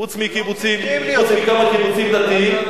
חוץ מכמה קיבוצים דתיים.